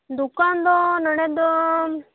ᱫᱚᱠᱟᱱ ᱫᱚ ᱱᱚᱸᱰᱮ ᱫᱚ